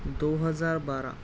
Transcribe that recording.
دو ہزار بارہ